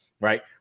right